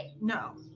No